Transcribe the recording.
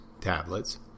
tablets